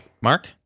Mark